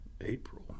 April